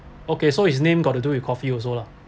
okay so his name got to do with coffee also lah